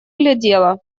глядела